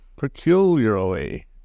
peculiarly